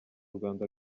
rwanda